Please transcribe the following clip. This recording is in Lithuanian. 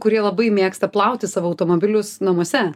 kurie labai mėgsta plauti savo automobilius namuose